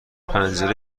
پنجره